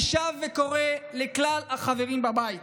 אני שב וקורא לכלל החברים בבית,